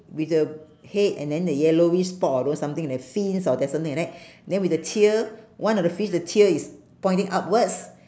with the head and then the yellowish spot or those something like fins or there's something like that then with the tail one of the fish the tail is pointing upwards